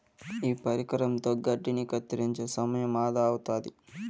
ఈ పరికరంతో గడ్డిని కత్తిరించే సమయం ఆదా అవుతాది